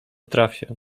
trafię